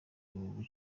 buri